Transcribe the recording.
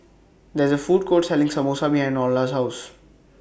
There IS A Food Court Selling Samosa behind Orla's House